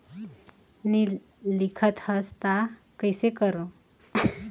नी लिखत हस ता कइसे करू?